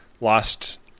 lost